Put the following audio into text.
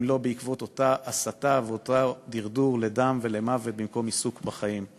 אם לא בעקבות אותה הסתה ואותו דרדור לדם ולמוות במקום עיסוק בחיים.